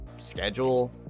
schedule